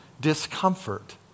discomfort